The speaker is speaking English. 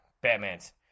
Batman's